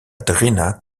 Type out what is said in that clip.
drina